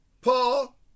Paul